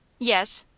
yes.